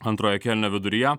antrojo kėlinio viduryje